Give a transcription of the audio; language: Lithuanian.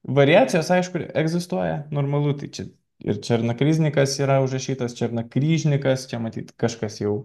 variacijos aišku egzistuoja normalu tai čia ir černakriznikas yra užrašytas černakryžnikas čia matyt kažkas jau